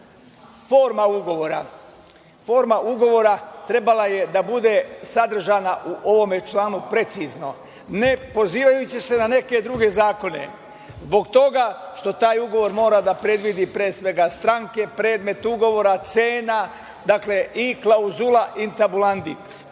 forma ugovora trebala je da bude sadržana u ovom članu precizno, ne pozivajući se na neke druge zakone. Zbog toga što taj ugovor mora da predvidi pre svega stranke, predmet ugovora, cenu i klauzulu intabulandi.